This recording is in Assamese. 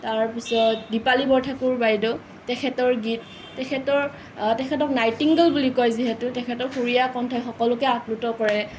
তাৰ পিছত দীপালী বৰঠাকুৰ বাইদেউ তেখেতৰ গীত তেখেতৰ তেখেতক নাইটিংগেল বুলি কয় যিহেতু তেখেতৰ সুৰীয়া কন্ঠই সকলোকে আপ্লুত কৰে